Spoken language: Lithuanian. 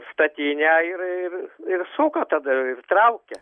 statinę ir ir ir suka tada ir traukia